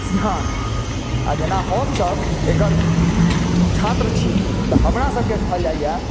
Sheehan आ जेना आ हमसभ एकर छात्र छी तऽ हमरासभकेँ कहल जाइए